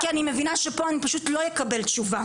כי אני מבינה שפה אני פשוט לא אקבל תשובה,